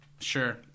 Sure